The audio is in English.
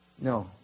No